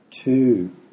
two